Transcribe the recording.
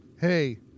hey